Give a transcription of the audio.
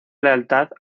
lealtad